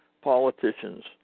politicians